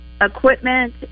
Equipment